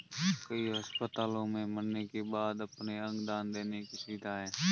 कई अस्पतालों में मरने के बाद अपने अंग दान देने की सुविधा है